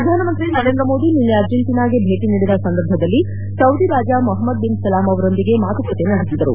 ಪ್ರಧಾನಮಂತ್ರಿ ನರೇಂದ ಮೋದಿ ನಿನ್ನೆ ಅರ್ಜೆಂಟಿನಾಗೆ ಭೇಟಿ ನೀಡಿದ ಸಂದರ್ಭದಲ್ಲಿ ಸೌದಿ ರಾಜ ಮೊಹಮದ್ ಬಿನ್ ಸಲಾಮ್ ಅವರೊಂದಿಗೆ ಮಾತುಕತೆ ನಡೆಸಿದರು